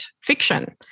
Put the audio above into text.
fiction